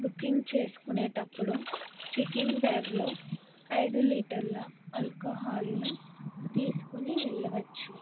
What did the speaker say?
booking చేసుకునేటప్పుడు checking బ్యాగ్లో ఐదు లీటర్ల అల్కహాల్ను తీసుకుని వెళ్ళవచ్చు